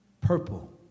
purple